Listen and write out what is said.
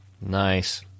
Nice